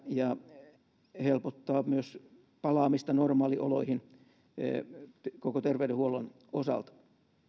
ja se helpottaa myös palaamista normaalioloihin koko terveydenhuollon osalta